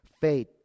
faith